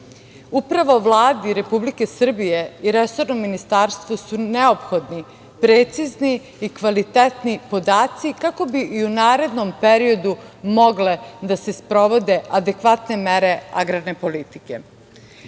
Upravo Vladi Republike Srbije i resornom ministarstvu su neophodni precizni i kvalitetni podaci, kako bi i u narednom periodu mogle da se sprovode adekvatne mere agrarne politike. Sve